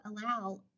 allow